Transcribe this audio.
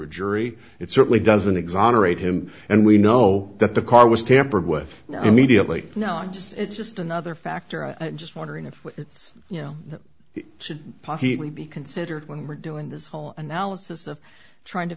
a jury it certainly doesn't exonerate him and we know that the car was tampered with you know immediately no i just it's just another factor a just wondering if it's you know should we be considered when we're doing this whole analysis of trying to